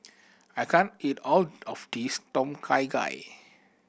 I can't eat all of this Tom Kha Gai